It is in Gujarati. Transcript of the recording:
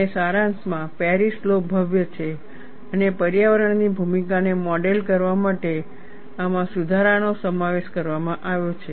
અને સારાંશમાં પેરિસ લૉ ભવ્ય છે અને પર્યાવરણ ની ભૂમિકાને મોડેલ કરવા માટે આમાં સુધારાનો સમાવેશ કરવામાં આવ્યો છે